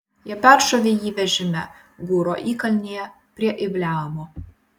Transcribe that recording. jie peršovė jį vežime gūro įkalnėje prie ibleamo